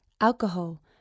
alcohol